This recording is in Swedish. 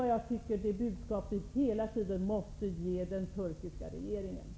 Detta är det budskap vi hela tiden måste ge den turkiska regeringen.